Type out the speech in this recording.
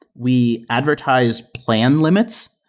we advertise plan limits.